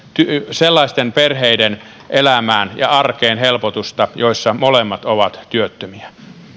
sellaisten perheiden elämään ja arkeen joissa molemmat ovat työttömiä